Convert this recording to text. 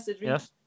Yes